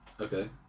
Okay